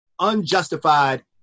unjustified